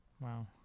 wow